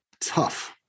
tough